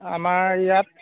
আমাৰ ইয়াত